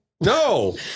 No